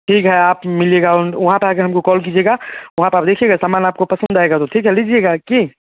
ठीक है आप मिलिएगा वहाँ पर आ के हम को कॉल कीजिएगा वहाँ पर आप देखिएगा समान आपको पसंद आएगा तो ठीक है लीजिएगा की